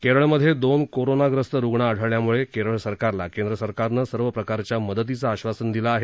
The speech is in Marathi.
केरळमध्ये दोन कोरोनाग्रस्त रुग्ण आढळल्यामुळे केरळ सरकारला केंद्र सरकारनं सर्व प्रकारच्या मदतीचं आश्वासन दिलं आहे